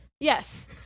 Yes